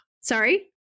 Sorry